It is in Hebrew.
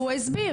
הוא מסביר,